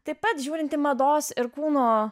taip pat žiūrinti mados ir kūno